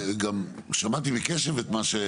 כל בן אדם רוצה לדעת כמה זה,